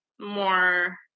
more